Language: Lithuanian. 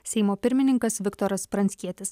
seimo pirmininkas viktoras pranckietis